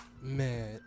Man